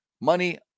money